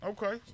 Okay